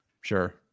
Sure